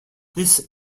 this